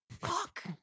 Fuck